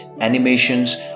animations